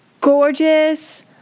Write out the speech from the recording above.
gorgeous